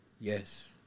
Yes